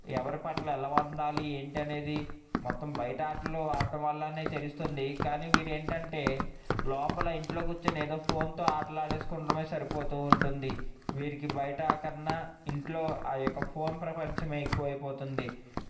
ఎవరి పట్ల ఎలా ఉండాలి ఏంటి అనేది మొత్తం బయట ఆటలు ఆడటం వల్లనే తెలుస్తుంది కానీ వీరు ఏంటంటే లోపల ఇంట్లో కూర్చొని ఏదో ఫోన్తో ఆటలు ఆడేసుకోవటమే సరిపోతూ ఉంటుంది వీరికి బయట కన్నా ఇంట్లో ఆ యొక్క ఫోన్ ప్రపంచమే ఎక్కువ అయిపోతుంది